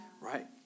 Right